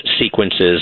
sequences